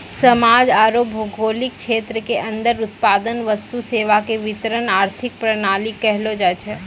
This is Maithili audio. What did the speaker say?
समाज आरू भौगोलिक क्षेत्र के अन्दर उत्पादन वस्तु सेवा के वितरण आर्थिक प्रणाली कहलो जायछै